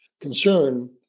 concern